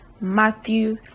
Matthew